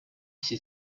все